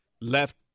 left